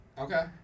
Okay